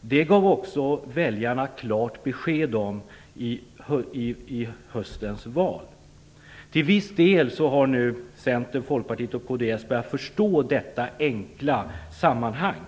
Det gav också väljarna klart besked om i höstens val. Till viss del har nu Centern, Folkpartiet och kds börjat förstå detta enkla sammanhang.